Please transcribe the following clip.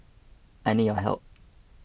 I need your help